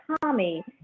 Tommy